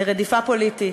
לרדיפה פוליטית,